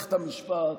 במערכת המשפט,